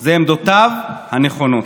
זה עמדותיו הנכונות.